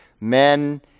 men